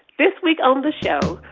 this week on the show,